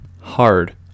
hard